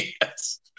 Yes